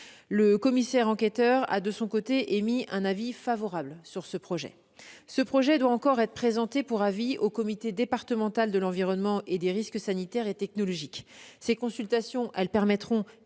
Le commissaire enquêteur a, de son côté, émis un avis favorable sur ce projet. Ce dernier doit encore être présenté pour avis au conseil départemental de l'environnement et des risques sanitaires et technologiques (Coderst). Ces consultations permettront